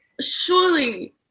surely